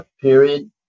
period